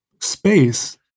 space